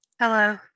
Hello